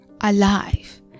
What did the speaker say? Alive